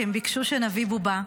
כי הם ביקשו שנביא בובה.